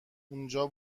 اونجا